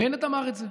בנט אמר את זה,